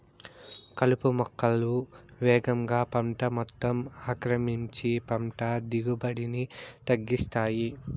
కలుపు మొక్కలు వేగంగా పంట మొత్తం ఆక్రమించి పంట దిగుబడిని తగ్గిస్తాయి